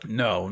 no